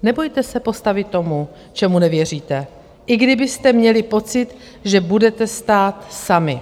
Nebojte se postavit tomu, čemu nevěříte, i kdybyste měli pocit, že budete stát sami.